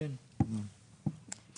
כלומר בודקים את זה.